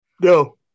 No